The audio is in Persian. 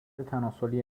تناسلی